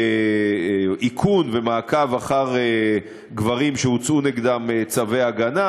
איכון ומעקב אחר גברים שהוצאו נגדם צווי הגנה,